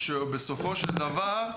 בסופו של דבר,